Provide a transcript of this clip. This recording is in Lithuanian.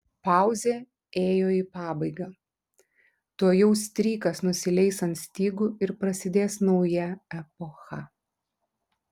pauzė ėjo į pabaigą tuojau strykas nusileis ant stygų ir prasidės nauja epocha